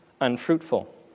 unfruitful